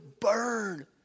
burn